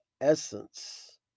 essence